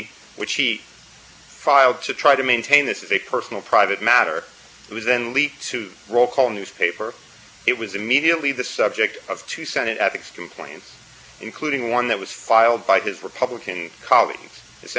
to try to maintain this is a personal private matter it was then leaked to roll call newspaper it was immediately the subject of two senate ethics complaints including one that was filed by his republican colleagues essentially excommunicating him from the party